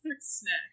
snack